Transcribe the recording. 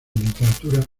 literatura